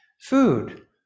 Food